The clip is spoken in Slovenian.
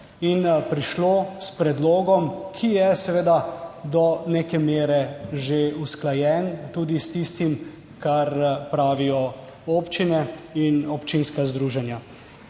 in prišlo s predlogom, ki je do neke mere že usklajen, tudi s tistim, kar pravijo občine in občinska združenja.